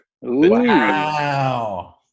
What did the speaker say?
Wow